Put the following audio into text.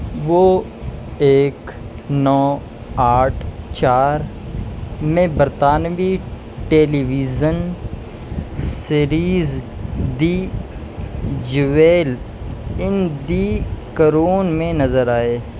وہ ایک نو آٹھ چار میں برطانوی television series The Jewel in the Crown میں نظر آئے